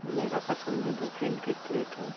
मेरा पसंदीदा खेल किर्केट है